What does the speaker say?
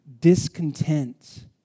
discontent